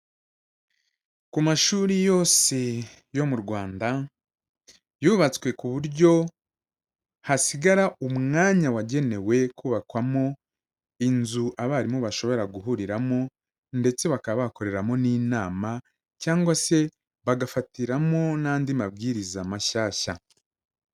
Ku mashuri yose yo mu Rwanda, yubatswe ku buryo hasigara umwanya wagenewe kubakwamo inzu abarimu bashobora guhuriramo ndetse bakaba bakoreramo n'inama cyangwa se bagafatiramo n'andi mabwiriza mashyashya.